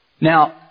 Now